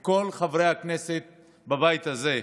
ואת כל חברי הכנסת בבית הזה.